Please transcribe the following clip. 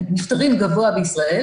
נפטרים גבוה בישראל